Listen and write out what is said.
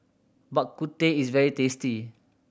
Bak Kut Teh is very tasty